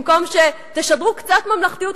במקום שתשדרו קצת ממלכתיות,